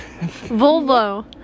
Volvo